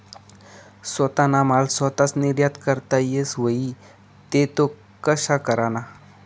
सोताना माल सोताच निर्यात करता येस व्हई ते तो कशा कराना?